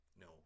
No